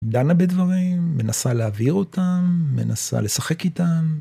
דנה בדברים, מנסה להעביר אותם, מנסה לשחק איתם.